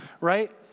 right